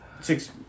six